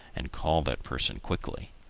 and call that person quickly.